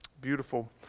Beautiful